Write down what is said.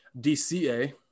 DCA